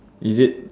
is it